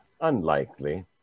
Unlikely